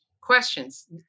questions